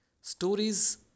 Stories